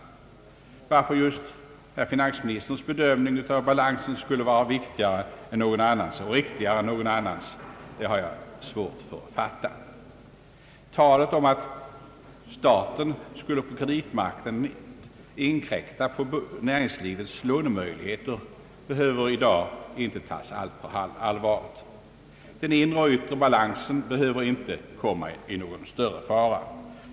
Varför just herr finansministerns bedömning av balansen skulle vara riktig och riktigare än någon annens, det har jag svårt att fatta. Talet om att staten skulle inkräkta på näringslivets lånemöjligheter behöver i dag inte tas alltför allvarligt. Den inre och yttre balansen behöver inte komma i någon större fara.